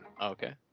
Okay